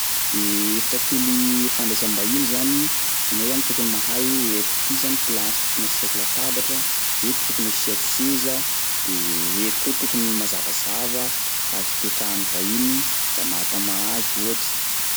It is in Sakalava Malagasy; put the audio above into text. De efitra kely fandraisam-bahiny zany, anao zany tokony mahay eto ty zany plasy tokony asiako latabatra, eto tokony asiako seza de eto koa tokony mazavazava azo ipetrahan'ny vahiny mba mahatama azy ohatsy.